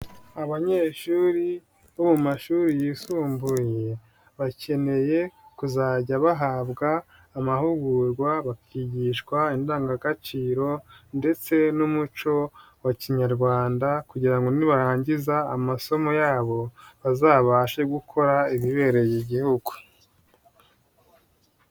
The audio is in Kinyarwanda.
Abanyeshuri bo mu mashuri yisumbuye, bakeneye kuzajya bahabwa amahugurwa bakigishwa indangagaciro ndetse n'umuco wa Kinyarwanda kugira ngo nibarangiza amasomo yabo, bazabashe gukora ibibereye igihugu.